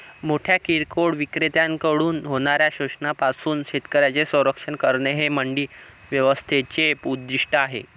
मोठ्या किरकोळ विक्रेत्यांकडून होणाऱ्या शोषणापासून शेतकऱ्यांचे संरक्षण करणे हे मंडी व्यवस्थेचे उद्दिष्ट आहे